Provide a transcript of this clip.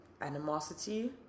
animosity